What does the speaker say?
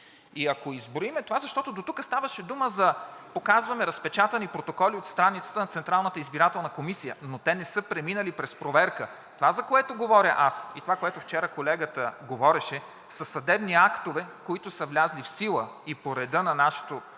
И ако изброим това, защото дотук ставаше дума за показване разпечатани протоколи от страницата на Централната избирателна комисия, но те не са преминали през проверка – това, за което говоря аз, и това, което вчера колегата говореше, са съдебни актове, които са влезли в сила и по реда на нашето